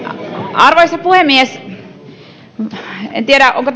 arvoisa puhemies en tiedä onko